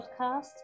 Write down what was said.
podcast